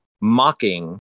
mocking